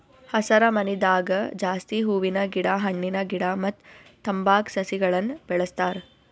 ಹಸರಮನಿದಾಗ ಜಾಸ್ತಿ ಹೂವಿನ ಗಿಡ ಹಣ್ಣಿನ ಗಿಡ ಮತ್ತ್ ತಂಬಾಕ್ ಸಸಿಗಳನ್ನ್ ಬೆಳಸ್ತಾರ್